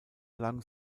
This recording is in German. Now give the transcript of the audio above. lang